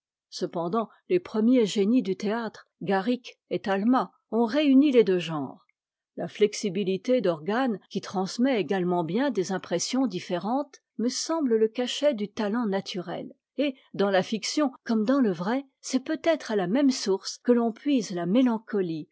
cependant les premiers génies du théâtre garrick et talma ont réuni les deux genres la flexibilité d'organes qui transmet également bien des impressions différentes me semble le cachet du talent naturel et dans la fiction comme dans le vrai c'est peut-être à la même source que l'on puise la mélancolie